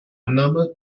annahme